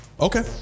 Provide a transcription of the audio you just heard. Okay